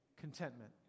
contentment